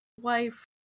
Wife